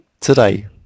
Today